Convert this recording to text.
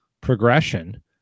progression